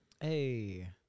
Hey